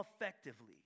effectively